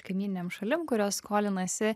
kaimyninėm šalim kurios skolinasi